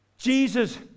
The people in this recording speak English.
Jesus